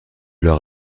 leur